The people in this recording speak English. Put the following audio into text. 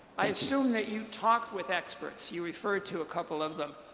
i assume that you talked with experts. you referred to a couple of them.